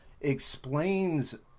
explains